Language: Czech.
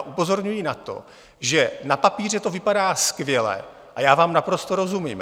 Upozorňuji na to, že na papíře to vypadá skvěle, a já vám naprosto rozumím.